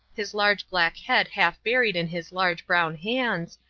his large black head half buried in his large brown hands,